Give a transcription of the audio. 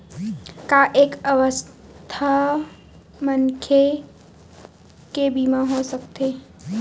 का एक अस्वस्थ मनखे के बीमा हो सकथे?